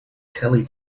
telly